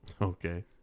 Okay